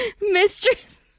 Mistress